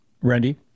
Randy